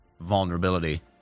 vulnerability